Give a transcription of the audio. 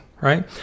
right